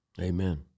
Amen